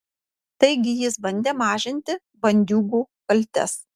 taigi jis bandė mažinti bandiūgų kaltes